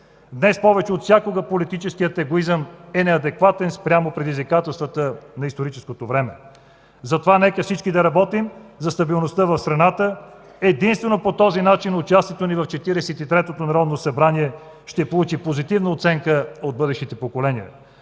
Днес повече от всякога политическият егоизъм е неадекватен спрямо предизвикателствата на историческото време. Затова нека всички да работим за стабилността в страната. Единствено по този начин участието ни в Четиридесет и третото народно събрание ще получи позитивна оценка от бъдещите поколения.